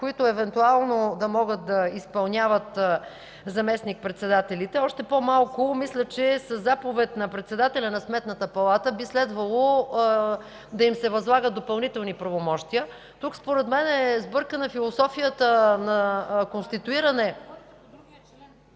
които евентуално да могат да изпълняват заместник-председателите. Още по-малко мисля, че със заповед на председателя на Сметната палата би следвало да им се възлагат допълнителни правомощия. Тук според мен е сбъркана философията на конституиране...